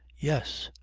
yes.